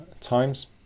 times